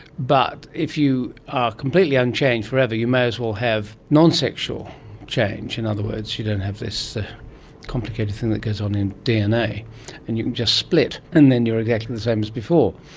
but if you are completely unchanged forever you may as well have nonsexual change, in other words you don't have this complicated thing that goes on in the dna and you can just split and then you are exactly the same as before.